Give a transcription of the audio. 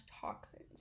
toxins